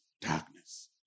darkness